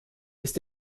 ist